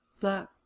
Black